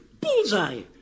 Bullseye